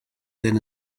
than